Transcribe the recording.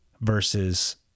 Versus